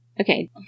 Okay